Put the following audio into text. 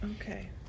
Okay